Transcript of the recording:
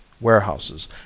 warehouses